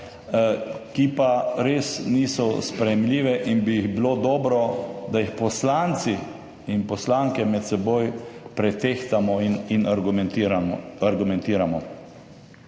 ki pa res niso sprejemljive in bi bilo dobro, da jih poslanci in poslanke med seboj pretehtamo in argumentiramo.